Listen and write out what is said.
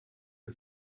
you